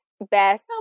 best